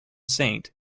saint